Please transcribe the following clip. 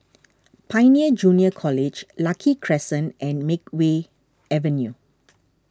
Pioneer Junior College Lucky Crescent and Makeway Avenue